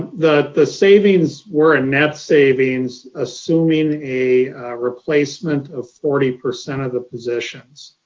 the the savings were a net savings, assuming a replacement of forty percent of the positions.